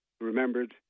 remembered